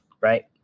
right